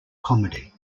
comedy